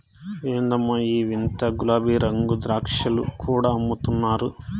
ఎందమ్మో ఈ వింత గులాబీరంగు ద్రాక్షలు కూడా అమ్ముతున్నారు